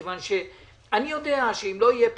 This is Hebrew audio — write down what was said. מכיוון שאני יודע שאם לא יהיה פתרון,